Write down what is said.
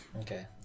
Okay